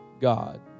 God